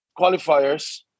qualifiers